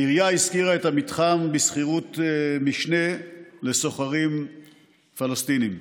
העירייה השכירה את המתחם בשכירות משנה לשוכרים פלסטינים.